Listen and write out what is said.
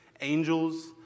Angels